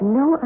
no